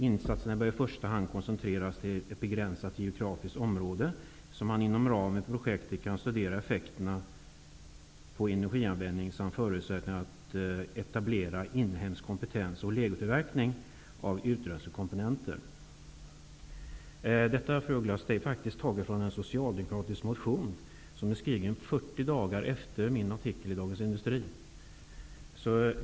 Insatserna bör i första hand koncentreras till ett begränsat geografiskt område, så att man inom ramen för projektet kan studera effekterna på energianvändningen samt förutsättningarna att etablera inhemsk kompetens och legotillverkning av utrustningskomponenter. Detta, fru af Ugglas, är faktiskt taget ur en socialdemokratisk motion, som är skriven 40 dagar efter min artikel i Dagens Industri.